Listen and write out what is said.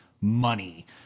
money